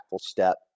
step